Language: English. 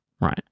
right